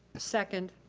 second.